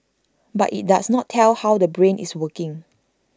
but IT does not tell how the brain is working